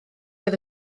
oedd